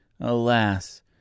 alas